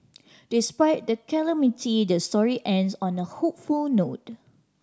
despite the calamity the story ends on a hopeful note